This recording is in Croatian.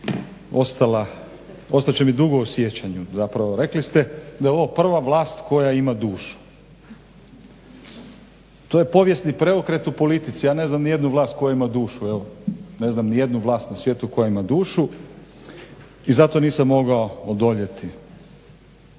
ostala, ostat će mi dugo u sjećanju zapravo. Rekli ste da je ovo prva vlast koja ima dušu. To je povijesni preokret u politici. Ja ne znam ni jednu vlast koja ima dušu. Evo ne znam ni jednu vlast na svijetu koja ima dušu i zato nisam mogao odoljeti.